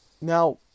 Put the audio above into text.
now